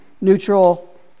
neutral